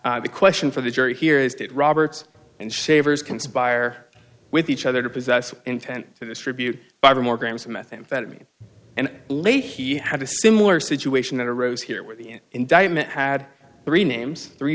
at the question for the jury here is did roberts and shavers conspire with each other to possess intent to distribute five or more grams of methamphetamine and leahy had a similar situation that arose here where the indictment had three names three